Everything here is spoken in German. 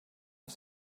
auf